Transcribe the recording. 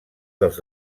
dels